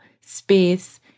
space